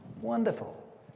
Wonderful